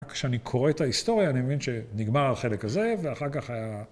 כשאני קורא את ההיסטוריה, אני מבין שנגמר החלק הזה, ואחר כך...